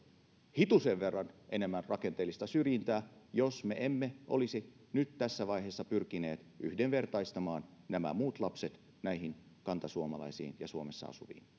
hitusen verran enemmän rakenteellisista syrjintää jos me emme olisi nyt tässä vaiheessa pyrkineet yhdenvertaistamaan nämä muut lapset kantasuomalaisiin ja suomessa asuviin